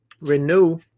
renew